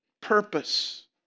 purpose